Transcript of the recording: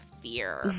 fear